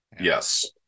Yes